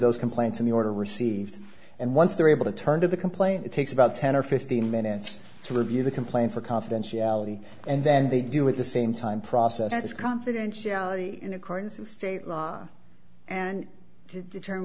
those complaints in the order received and once they're able to turn to the complaint it takes about ten or fifteen minutes to review the complaint for confidentiality and then they do at the same time process confidentiality in accordance with state law and determine